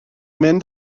mynd